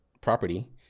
property